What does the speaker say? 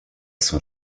son